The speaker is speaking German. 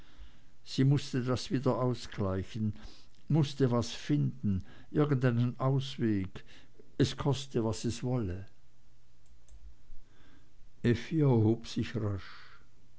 sie mußte das wieder ausgleichen mußte was finden irgendeinen ausweg es koste was es wolle steh auf effi was hast du effi erhob sich rasch